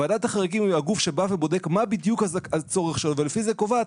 ועדת החריגים היא הגוף שבא ובודק מה בדיוק הצורך שלו ולפי זה היא קובעת